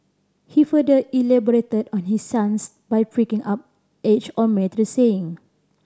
he further elaborated on his stance by breaking up age old marital saying